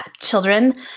children